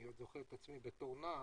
אני עוד זוכר את עצמי בתור נער,